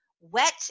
Wet